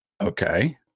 Okay